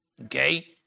Okay